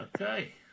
Okay